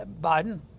Biden